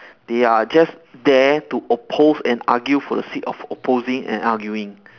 they are just there to oppose and argue for the sake of opposing and arguing